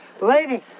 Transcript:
Lady